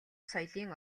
соёлын